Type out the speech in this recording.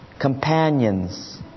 companions